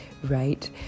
right